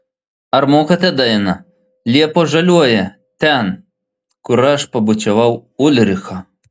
ar mokate dainą liepos žaliuoja ten kur aš pabučiavau ulriką